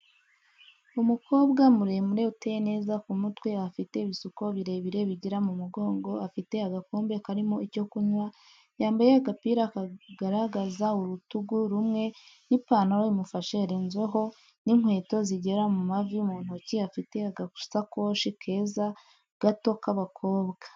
umukobwa muremure uteye neza ku mutwe ahafite ibisuko birebire bigera mu mugongo, afite agakombe karimo icyo kunywa, yambaye agapira kagaragaza urutugu rumwe n'ipantaro imufashe yarenzweho n'inkweto zigera mu mavi, mu ntoki afite agasakoshi keza gato k'abakobwa.